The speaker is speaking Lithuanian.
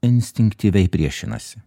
instinktyviai priešinasi